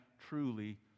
truly